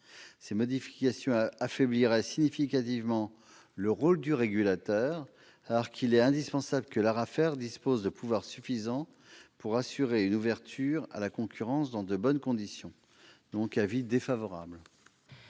Ces restrictions affaibliraient significativement le rôle du régulateur. Or il est indispensable que l'ARAFER dispose de pouvoirs suffisants pour assurer une ouverture à la concurrence dans de bonnes conditions. Aussi, la